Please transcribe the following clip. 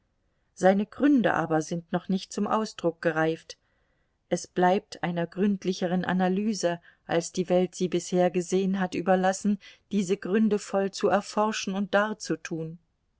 seine gründe aber sind noch nicht zum ausdruck gereift es bleibt einer gründlicheren analyse als die welt sie bisher gesehen hat überlassen diese gründe voll zu erforschen und darzutun